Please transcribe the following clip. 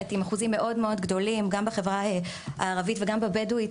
עם אחוזים מאוד גבוהים גם בחברה הערבית וגם בחברה הבדואית,